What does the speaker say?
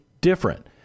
different